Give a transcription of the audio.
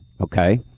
Okay